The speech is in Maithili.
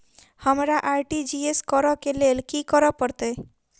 हमरा आर.टी.जी.एस करऽ केँ लेल की करऽ पड़तै?